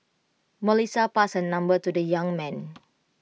Melissa passed her number to the young man